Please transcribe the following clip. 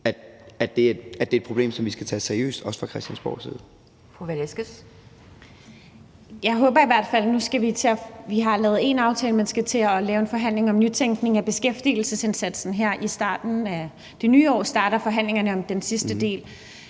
Victoria Velasquez. Kl. 11:35 Victoria Velasquez (EL): Jeg håber i hvert fald – vi har lavet én aftale, men skal til at have en forhandling om nytænkning af beskæftigelsesindsatsen; her i starten af det nye år starter forhandlingerne om den sidste del